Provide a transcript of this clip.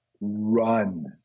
run